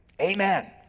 Amen